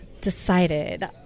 decided